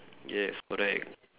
yes correct